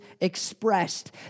expressed